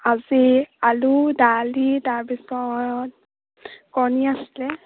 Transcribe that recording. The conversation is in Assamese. আজি আলু দালি তাৰপিছত কণী আছিলে